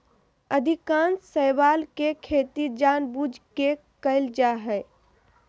अधिकांश शैवाल के खेती जानबूझ के कइल जा हइ